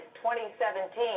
2017